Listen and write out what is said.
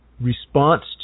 response